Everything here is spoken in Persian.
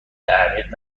اهمیت